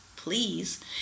please